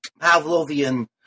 Pavlovian